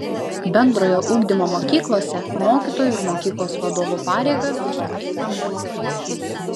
bendrojo ugdymo mokyklose mokytojų ir mokyklos vadovų pareigas dažniau eina moterys